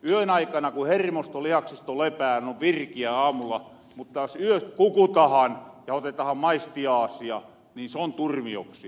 yön aikana kun hermosto lihaksisto lepää on virkiä aamulla mutta jos yöt kukutahan ja otetahan maistiaasia niin se on turmioksi tälle maalle